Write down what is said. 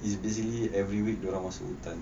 is basically every week dia orang masuk hutan